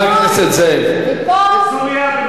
בסוריה?